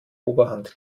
oberhand